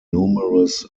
numerous